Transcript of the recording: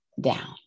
down